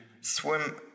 swim